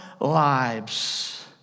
lives